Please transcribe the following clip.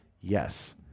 Yes